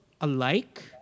alike